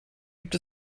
gibt